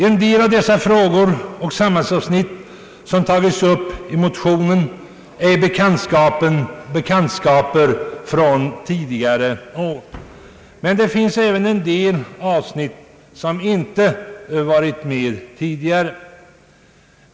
En del av de frågor och samhällsavsnitt som berörs i motionen känner vi igen från tidigare år, men det finns även avsnitt som inte varit med tidigare.